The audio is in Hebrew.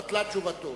בטלה תשובתו.